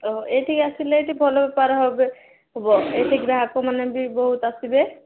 ଓ ଏଇଠିକି ଆସିଲେ ଏଠି ଭଲ ବେପାର ହବ ଏଠି ଗ୍ରାହକ ମାନେ ବି ବହୁତ ଆସିବେ